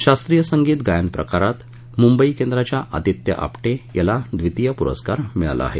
शास्त्रीय संगीत गायन प्रकारात मुंबई केंद्राच्या अदित्य आपटे याला द्वितीय पुरस्कार मिळाला आहे